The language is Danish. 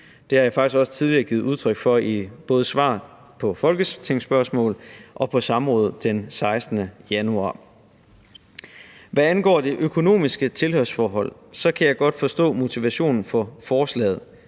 Det har jeg faktisk også tidligere givet udtryk for i både svar på folketingsspørgsmål og på samrådet den 16. januar. Hvad angår det økonomiske tilhørsforhold, kan jeg godt forstå motivationen for forslaget,